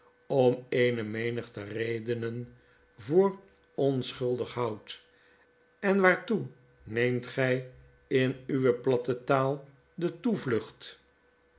om eene menigte redenen voor onschuldig houd en waartoe neemt gy in uwe platte taal de